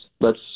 lets